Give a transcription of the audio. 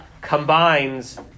combines